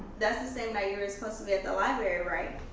that's the same night you were suppose to be at the library, right?